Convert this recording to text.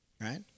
Right